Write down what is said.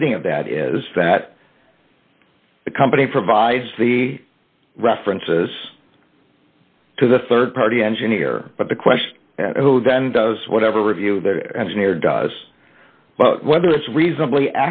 reading of that is that the company provides the references to the rd party engineer but the question who then does whatever review the engineer does whether it's reasonably